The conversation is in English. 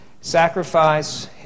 sacrifice